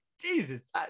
Jesus